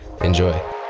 enjoy